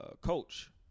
coach